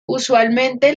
usualmente